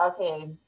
okay